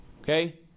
Okay